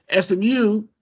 SMU